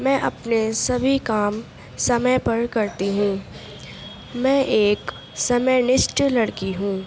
میں اپنے سبھی کام سمئے پر کرتی ہوں میں ایک سمئے لسٹ لڑکی ہوں